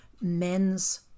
men's